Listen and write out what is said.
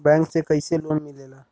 Bank से कइसे loan मिलेला?